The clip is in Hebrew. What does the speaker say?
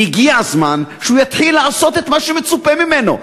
והגיע הזמן שהוא יתחיל לעשות את מה שמצופה ממנו,